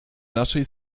naszej